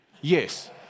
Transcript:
Yes